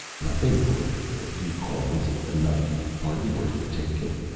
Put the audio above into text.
nothing, lord. a few coins, a knife, hardly worth the taking.